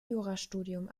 jurastudium